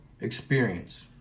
experience